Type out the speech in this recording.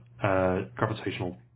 gravitational